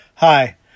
Hi